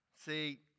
See